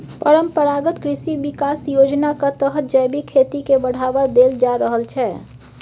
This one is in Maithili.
परंपरागत कृषि बिकास योजनाक तहत जैबिक खेती केँ बढ़ावा देल जा रहल छै